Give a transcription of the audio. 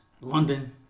London